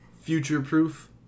future-proof